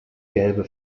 gelbe